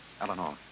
Eleanor